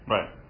Right